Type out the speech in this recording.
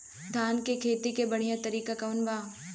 धान के खेती के बढ़ियां तरीका कवन बा?